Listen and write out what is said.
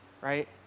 Right